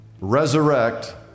resurrect